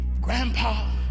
grandpa